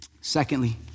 Secondly